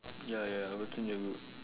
ya ya ya a person in a group